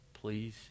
Please